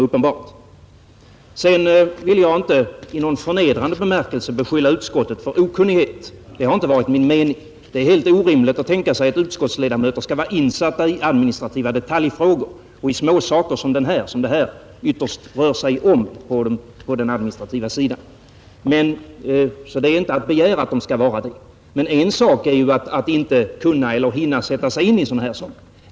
Sedan ville jag inte i någon förnedrande bemärkelse beskylla utskottet för okunnighet; det har inte varit min mening. Det är orimligt att tänka sig att utskottsledamöter skall vara insatta i administrativa detaljfrågor och i sådana småsaker som det här ytterst rör sig om. Men en sak är att inte hinna eller kunna sätta sig in i sådana här frågor.